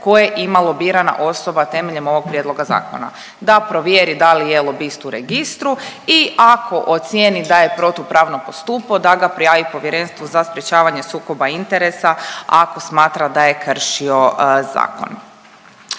koje ima lobirana osoba temeljem ovog Prijedloga zakona, da provjeri da li je lobist u registru i ako ocijeni da je protupravno postupao, da ga prijavi Povjerenstvu za odlučivanje o sukobu interesa, ako smatra da je kršio zakon.